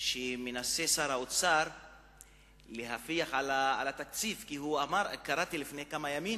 להפיח על התקציב, כי קראתי לפני כמה ימים